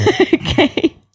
Okay